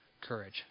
courage